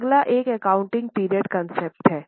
अगला एक accounting period concept है